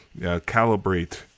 calibrate